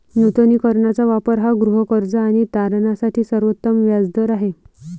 नूतनीकरणाचा वापर हा गृहकर्ज आणि तारणासाठी सर्वोत्तम व्याज दर आहे